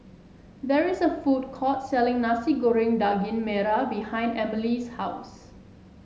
there is a food court selling Nasi Goreng Daging Merah behind Emilie's house